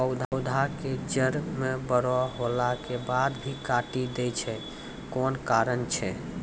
पौधा के जड़ म बड़ो होला के बाद भी काटी दै छै कोन कारण छै?